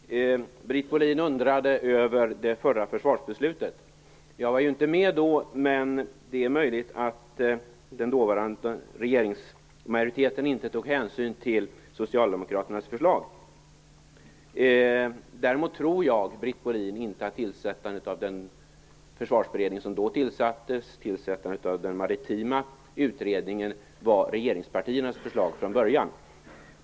Herr talman! Britt Bohlin undrade över det förra försvarsbeslutet. Jag var inte med då, men det är möjligt att den dåvarande regeringsmajoriteten inte tog hänsyn till Socialdemokraternas förslag. Däremot tror jag, Britt Bohlin, inte att tillsättandet av den försvarsberedning som då tillsattes, tillsättande av den maritima utredningen, var regeringspartiernas förslag från början.